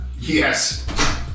Yes